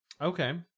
Okay